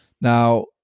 now